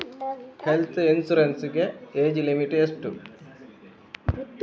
Health insurance ಗೆ age limit ಎಷ್ಟು?